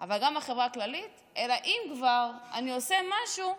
גם החברה הכללית, אלא אם כבר אני עושה משהו,